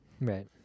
Right